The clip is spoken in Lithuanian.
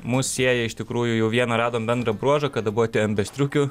mus sieja iš tikrųjų jau vieną radom bendrą bruožą kad abu atėjom be striukių